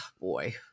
boy